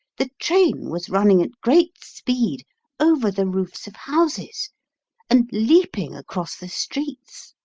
the train was running at great speed over the roofs of houses and leaping across the streets.